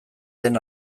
den